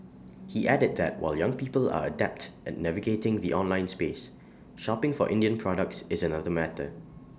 he added that while young people are adept at navigating the online space shopping for Indian products is another matter